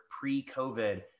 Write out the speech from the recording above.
pre-COVID